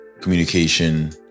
communication